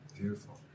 Beautiful